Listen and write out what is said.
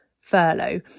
furlough